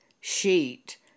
sheet